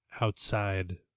outside